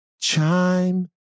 chime